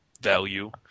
value